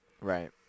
Right